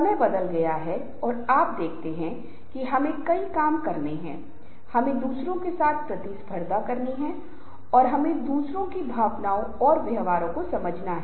इसलिए विशेष रूप से हम उन्हें जानते हैं कि क्या यह एक छोटा समूह है अगर हम जानते हैं कि उनका मतलब समूह के सदस्यों से अच्छी तरह से जानते है और अगर हम उनके साथ अच्छे पदों पर हैं तो उनके साथ काम करना आसान हो जाता है